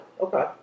Okay